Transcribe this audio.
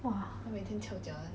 !wah!